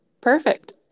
Perfect